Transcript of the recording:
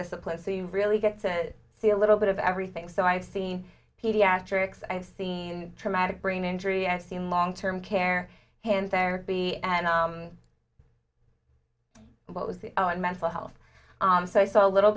disciplines so you really get to see a little bit of everything so i've seen pediatrics i've seen traumatic brain injury and seen long term care hand therapy and what was the mental health so i saw a little